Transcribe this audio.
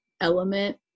element